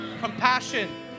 Compassion